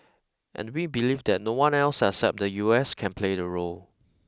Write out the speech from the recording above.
and we believe that no one else except the U S can play the role